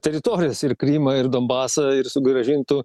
teritorijas ir krymą ir donbasą ir sugrąžintų